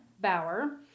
Bauer